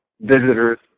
visitors